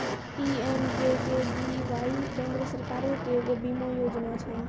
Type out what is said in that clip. PMJJBY केन्द्र सरकारो के एगो बीमा योजना छै